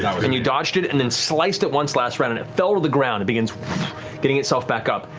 and you dodged it and then sliced it once, last round, and it fell to the ground, it begins getting itself back up.